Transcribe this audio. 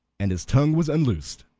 and his tongue was unloosed.